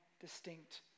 distinct